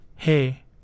Hey